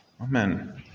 Amen